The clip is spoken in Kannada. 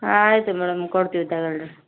ಹಾಂ ಆಯಿತು ಮೇಡಮ್ ಕೊಡ್ತೀವಿ ತಗೊಳ್ರಿ